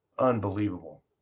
unbelievable